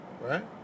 right